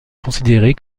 considéré